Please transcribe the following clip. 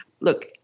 Look